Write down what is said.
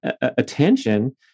attention